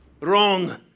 Wrong